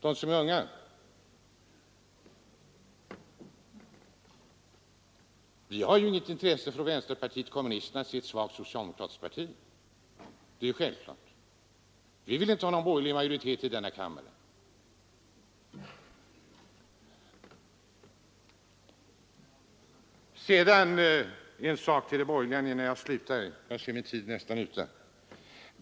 Det är självklart att vi från vänsterpartiet kommunisterna inte har något intresse av att se ett svagt socialdemokratiskt parti. Vi vill inte ha någon borgerlig majoritet i denna kammare. Sedan vill jag säga några ord till de borgerliga innan jag slutar mitt anförande; jag ser att tiden nästan är ute.